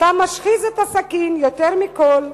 ואתה משחיז את הסכין / יותר מכול,